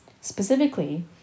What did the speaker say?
Specifically